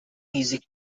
music